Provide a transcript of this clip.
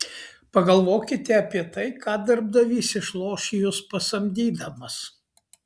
pagalvokite apie tai ką darbdavys išloš jus pasamdydamas